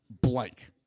blank